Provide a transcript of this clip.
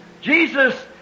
Jesus